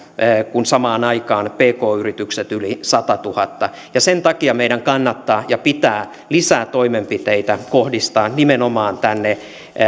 kun samaan aikaan pk yritykset yli satatuhatta ja sen takia meidän kannattaa ja pitää lisää toimenpiteitä kohdistaa nimenomaan tänne